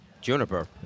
Juniper